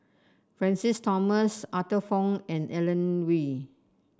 Francis Thomas Arthur Fong and Alan Oei